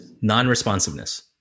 Non-responsiveness